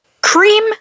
cream